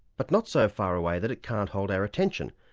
but not so far away that it can't hold our attention,